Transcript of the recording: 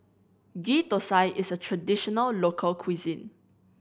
Ghee Thosai is a traditional local cuisine